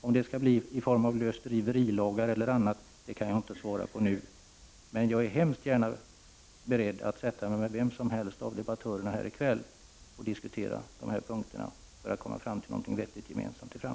Om det skall bli en lösdriverilag eller något annat kan jag inte svara på nu. Men jag är således beredd att diskutera detta med kvällens debattörer för att gemensamt komma fram till en vettig lösning för framtiden.